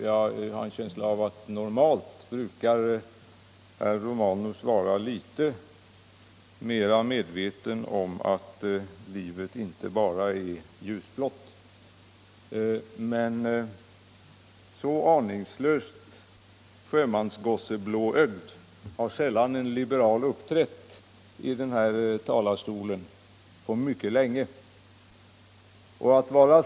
Jag har en känsla av att herr Romanus normalt brukar vara litet mera medveten om att livet inte bara är ljusblått. Så här aningslöst sjömansgossblåögd har en liberal inte uppträtt i kammarens talarstol på mycket länge.